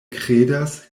kredas